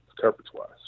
coverage-wise